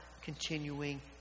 continuing